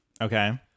Okay